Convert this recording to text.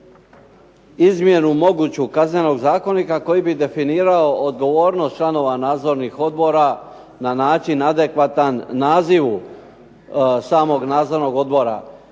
izmjenu moguću Kaznenog zakonika koji bi definirao odgovornost članova nadzornih odbora na način adekvatan nazivu samog nadzornog odbora.